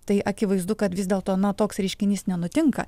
tai akivaizdu kad vis dėl to na toks reiškinys nenutinka